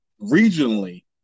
regionally